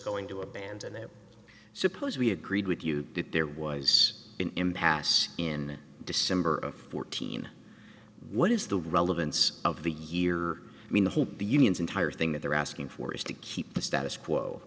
going to abandon that i suppose we agreed with you that there was an impasse in december of fourteen what is the relevance of the year i mean the whole the union's entire thing that they're asking for is to keep the status quo